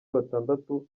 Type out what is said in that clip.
batandatu